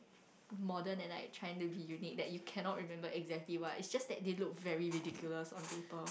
modern and like trying to be unique that you cannot remember exactly why it's just that he look very ridiculous on paper